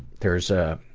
there's a